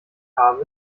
habe